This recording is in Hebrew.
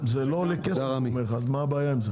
זה לא עולה כסף, אז מה הבעיה עם זה?